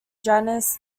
janus